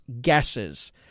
gases